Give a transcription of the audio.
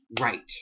right